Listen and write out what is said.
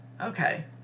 okay